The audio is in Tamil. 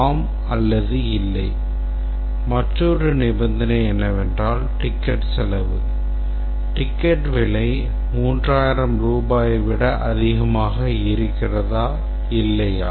ஆம் அல்லது இல்லை' மற்றொரு நிபந்தனை என்னவென்றால் டிக்கெட் செலவு 'டிக்கெட் விலை 3000 ரூபாயை விட அதிகமாக இருக்கிறதா இல்லையா